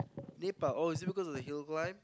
Nepal oh is it because of the hills one